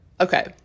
okay